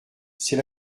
c’est